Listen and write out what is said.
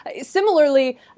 Similarly